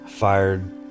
fired